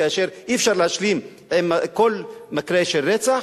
כאשר אי-אפשר להשלים עם כל מקרה של רצח,